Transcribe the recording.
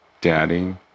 daddy